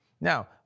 Now